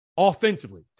offensively